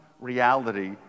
reality